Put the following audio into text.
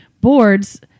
boards